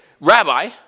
rabbi